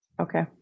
Okay